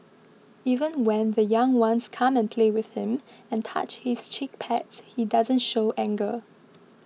even when the young ones come and play with him and touch his cheek pads he doesn't show anger